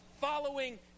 following